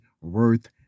worth